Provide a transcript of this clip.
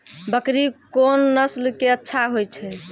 बकरी कोन नस्ल के अच्छा होय छै?